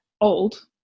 old